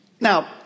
Now